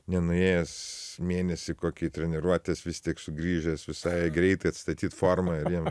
nenuėjęs mėnesį kokį treniruotis vistik sugrįžęs visai greitai atstatyt formą ir vėl